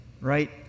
Right